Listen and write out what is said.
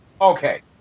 Okay